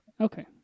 Okay